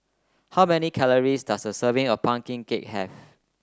how many calories does a serving of pumpkin cake have